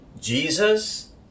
Jesus